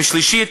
ושלישית,